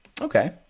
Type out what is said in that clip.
Okay